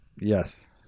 Yes